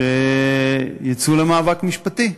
שיצאו למאבק משפטי,